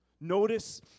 Notice